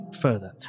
further